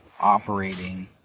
operating